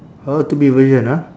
orh two B version ah